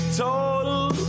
total